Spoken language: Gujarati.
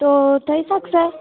તો થઇ શકશે